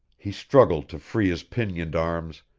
he struggled to free his pinioned arms,